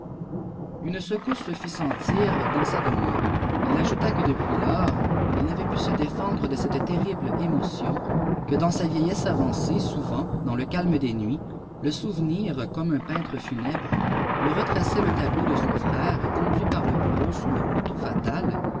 une secousse se fit sentir dans sa demeure il ajouta que depuis lors il n'avait pu se défendre de cette terrible émotcoà que dans sa vîeîhesse avanoâe souvent dans le palme des nuits le souvenir comme un pei'ùtre funèbre lui retraçait le iableaà d son frère conduit par le bourreau sous le couteau laâal